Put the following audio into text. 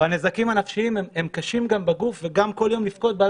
אנשים לא יודעים על הנזקים הנפשיים והגופנים קשים ועל הבכי בלילות.